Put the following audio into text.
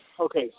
Okay